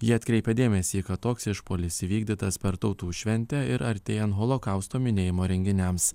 ji atkreipė dėmesį kad toks išpuolis įvykdytas per tautų šventę ir artėjant holokausto minėjimo renginiams